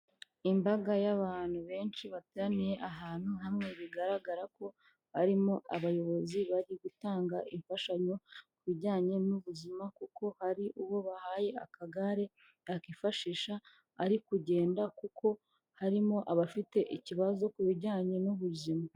Imbaga y'abantu benshi bateraniye ahantu hamwe bigaragara ko harimo abayobozi bari gutanga imfashanyo ku bijyanye n'ubuzima kuko hari uwo bahaye akagare yakifashisha ari kugenda kuko harimo abafite ikibazo ku bijyanye n'ubuzima.